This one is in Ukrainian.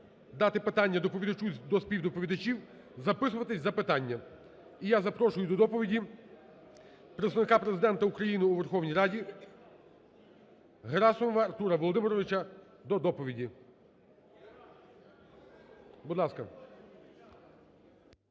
доповідачу і до співдоповідачів, записуватись в запитання. І я запрошую до доповіді Представника Президента України у Верховній Раді Герасимова Артура Володимировича, до доповіді. Будь ласка.